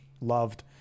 loved